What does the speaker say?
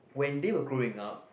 when they were growing up